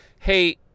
Hey